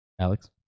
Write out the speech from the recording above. Alex